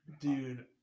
Dude